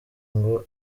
ngo